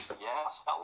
Yes